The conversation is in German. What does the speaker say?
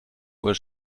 uhr